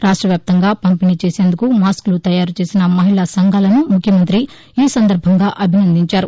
రాష్టవ్యాప్తంగా పంపిణీ చేసేందుకు మాస్క్లు తయారు చేసిన మహిళా సంఘాలను ముఖ్యమంత్రి ఈ సందర్భంగా అభినందించారు